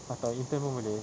atau intern pun boleh